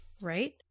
Right